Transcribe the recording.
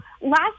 last